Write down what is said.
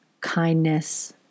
kindness